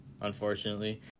unfortunately